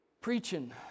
preaching